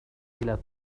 مشكلة